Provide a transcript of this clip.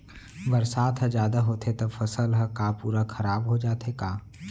बरसात ह जादा होथे त फसल ह का पूरा खराब हो जाथे का?